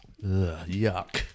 Yuck